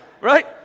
right